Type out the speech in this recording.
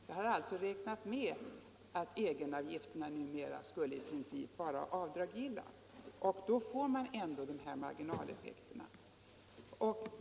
Jag har sedan räknat med att egenavgifterna numera i princip skulle vara avdragsgilla. Då får man ändå de här marginaleffekterna.